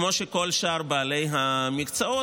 כמו בכל שאר בעלי המקצועות,